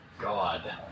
God